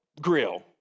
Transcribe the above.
grill